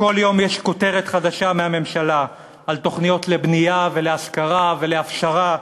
בכל יום יש כותרת חדשה מהממשלה על תוכניות לבנייה ולהשכרה ולהפשרה: